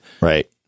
Right